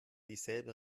dieselbe